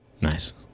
nice